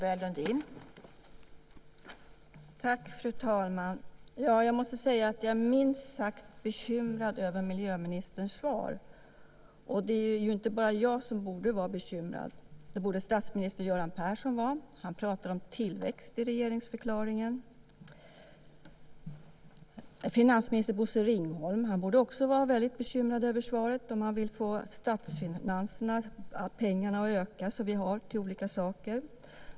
Fru talman! Jag måste säga att jag är minst sagt bekymrad över miljöministerns svar, och det är inte bara jag som borde vara bekymrad. Det borde statsminister Göran Persson vara - han pratade om tillväxt i regeringsförklaringen. Finansminister Bosse Ringholm borde också vara väldigt bekymrad över svaret, om han vill öka de pengar som vi har till olika saker.